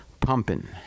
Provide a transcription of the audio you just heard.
pumping